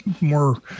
more